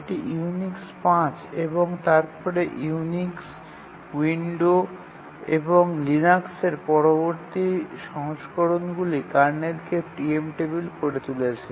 এটি ইউনিক্স ৫ এবং তারপরে ইউনিক্স উইন্ডো এবং লিনাক্সের পরবর্তী সংস্করণগুলি কার্নেলকে প্রিএম্পটেবিল করে তুলেছে